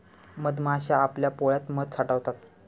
मधमाश्या आपल्या पोळ्यात मध साठवतात